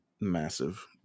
massive